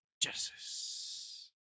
Genesis